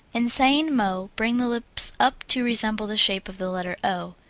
in saying mo, bring the lips up to resemble the shape of the letter o.